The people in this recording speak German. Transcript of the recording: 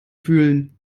fühlen